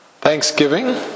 Thanksgiving